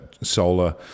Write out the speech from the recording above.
solar